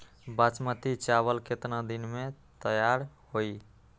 बासमती चावल केतना दिन में तयार होई?